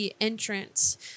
entrance